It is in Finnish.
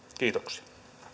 kiitoksia